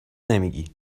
نمیگی